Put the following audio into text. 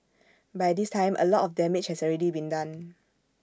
by this time A lot of damage has already been done